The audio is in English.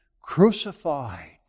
crucified